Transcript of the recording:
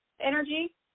energy